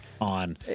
on